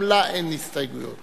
וגם לה אין הסתייגויות.